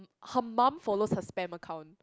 her mum follows her spam account